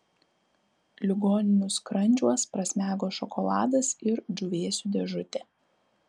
ligonių skrandžiuos prasmego šokoladas ir džiūvėsių dėžutė